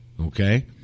Okay